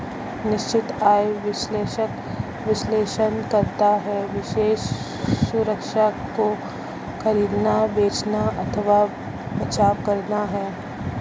निश्चित आय विश्लेषक विश्लेषण करता है विशेष सुरक्षा को खरीदना, बेचना अथवा बचाव करना है